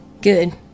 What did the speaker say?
good